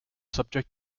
subject